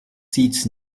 seats